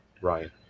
Ryan